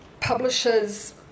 publishers